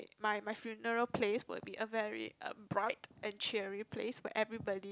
my my funeral place will be a bright and cheerier place while everybody